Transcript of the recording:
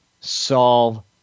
solve